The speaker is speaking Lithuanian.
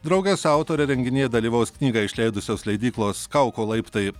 drauge su autore renginyje dalyvaus knygą išleidusios leidyklos kauko laiptai